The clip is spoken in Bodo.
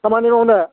खामानि मावनो